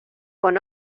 con